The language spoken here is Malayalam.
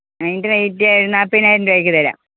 അതിന്റെ റേറ്റ് നാൽപ്പതിനായിരം രൂപയ്ക്ക് തരാം